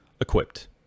equipped